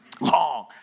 long